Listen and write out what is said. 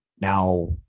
Now